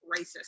racist